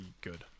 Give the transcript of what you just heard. good